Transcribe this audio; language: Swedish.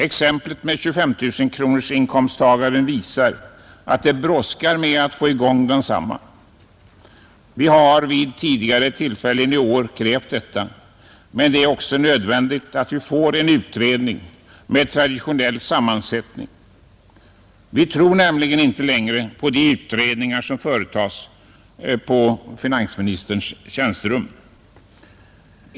Exemplet med 25 000-kronorsinkomsttagaren visar att det brådskar med att få i gång densamma. Vi har vid tidigare tillfällen i år krävt detta. Men det är också nödvändigt att vi får en utredning med traditionell sammansättning. Vi tror nämligen inte längre på de utredningar som företages på finansministerns tjänsterum.